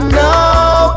now